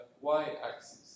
y-axis